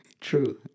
True